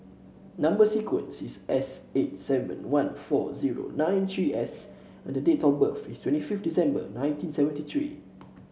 number sequence is S eight seven one four zero nine three S and the date of birth is twenty fifth December nineteen seventy three